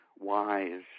wise